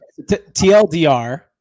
TLDR